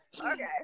Okay